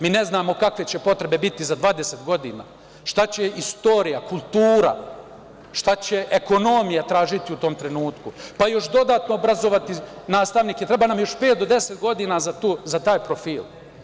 Mi ne znamo kakve će potrebe biti za 20 godina, šta će istorija, kultura, šta će ekonomija tražiti u tom trenutku, pa još dodatno obrazovati nastavnike, treba nam još pet do 10 godina za taj profil.